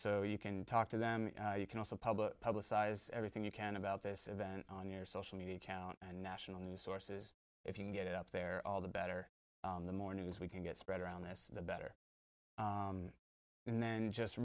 so you can talk to them you can also public publicize everything you can about this event on your social media account and national news sources if you can get it up there all the better the more news we can get spread around this the better and then just